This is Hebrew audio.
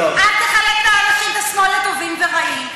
אל תחלק את האנשים בשמאל לטובים ורעים,